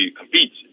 compete